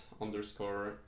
underscore